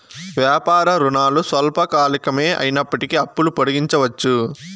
వ్యాపార రుణాలు స్వల్పకాలికమే అయినప్పటికీ అప్పులు పొడిగించవచ్చు